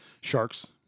Sharks